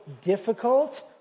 difficult